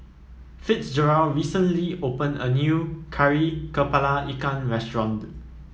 Fitzgerald recently opened a new Kari kepala Ikan restaurant